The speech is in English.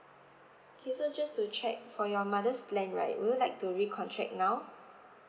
okay so just to check for your mother's plan right would you like to recontract now